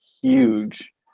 huge